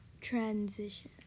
transition